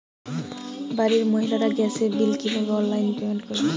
বাড়ির মহিলারা গ্যাসের বিল কি ভাবে অনলাইন পেমেন্ট করবে?